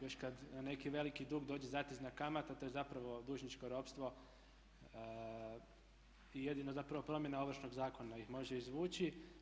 Još kada neki veliki dug dođe, zatezna kamata, to je zapravo dužničko ropstvo i jedino zapravo promjena Ovršnog zakona ih može izvući.